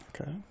Okay